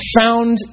found